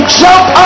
jump